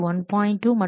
2 மற்றும் தொகுதி 1